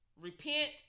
repent